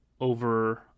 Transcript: over